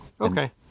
okay